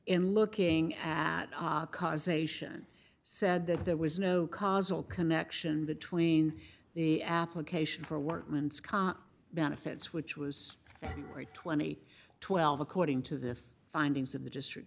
in looking at cause ation said that there was no causal connection between the application for workman's comp benefits which was twenty twelve according to the findings of the district